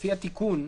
לפי התיקון,